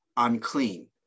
Unclean